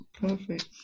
Perfect